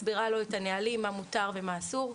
מסבירה לו את הנהלים ומה מותר ומה אסור.